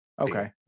Okay